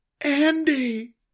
Andy